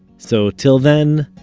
so till then,